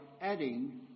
adding